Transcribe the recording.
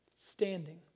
standing